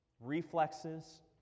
reflexes